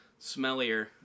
smellier